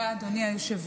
תודה, אדוני היושב-ראש.